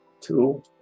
Two